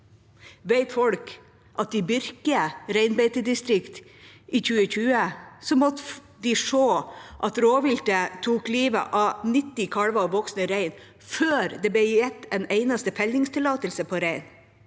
Vet folk at i Byrkije reinbeitedistrikt i 2020 måtte de se at rovvilt tok livet av 90 kalver og voksne reiner før det ble gitt en eneste fellingstillatelse på jerv?